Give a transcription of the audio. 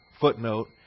footnote